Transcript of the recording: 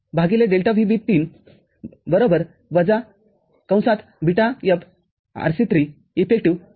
८ AV३ ΔV० ΔVB३ βFRc३ eff